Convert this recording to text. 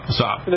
stop